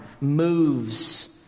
moves